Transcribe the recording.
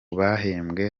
bahembwe